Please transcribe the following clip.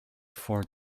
four